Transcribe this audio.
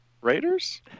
Raiders